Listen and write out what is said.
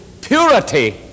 purity